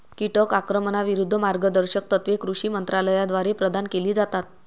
कीटक आक्रमणाविरूद्ध मार्गदर्शक तत्त्वे कृषी मंत्रालयाद्वारे प्रदान केली जातात